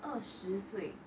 二十岁